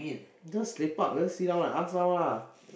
just lepak just sit down lah like us now lah